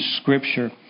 Scripture